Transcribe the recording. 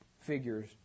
figures